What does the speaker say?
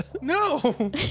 No